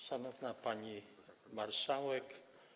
Szanowna Pani Marszałek!